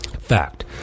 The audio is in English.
Fact